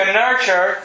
nurture